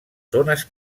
zones